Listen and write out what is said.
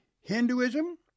Hinduism